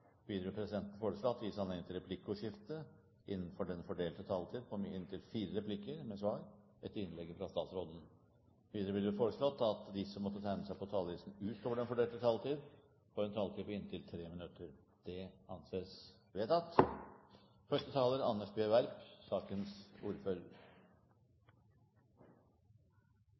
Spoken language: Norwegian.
Videre vil presidenten foreslå at det gis anledning til replikkordskifte på inntil fem replikker med svar etter innlegget fra statsråden innenfor den fordelte taletid. Videre blir det foreslått at de som måtte tegne seg på talerlisten utover den fordelte taletid, får en taletid på inntil 3 minutter. – Det anses vedtatt. Første taler